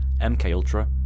MKUltra